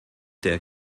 der